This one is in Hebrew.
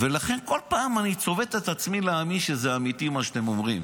לכן בכל פעם אני צובט את עצמי כדי להאמין שזה אמיתי מה שאתם אומרים.